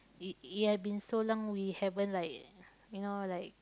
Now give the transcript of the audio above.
it it had been so long we haven't like you know like